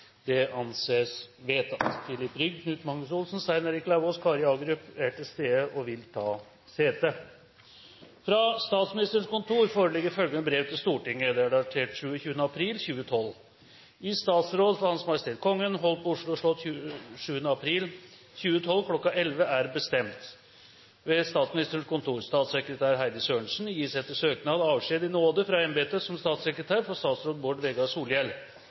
Magnus Olsen, Stein Erik Lauvås og Kari Agerup er til stede og vil ta sete. Fra Statsministerens kontor foreligger følgende brev til Stortinget, datert 27. april 2012: «I statsråd for H.M. Kongen holdt på Oslo slott 27. april 2012 kl. 11.00 er bestemt: Statsministerens kontor Statssekretær Heidi Sørensen gis etter søknad avskjed i nåde fra embetet som statssekretær for statsråd Bård Vegar Solhjell.